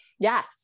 Yes